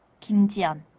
kim ji-yeon,